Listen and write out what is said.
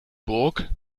burg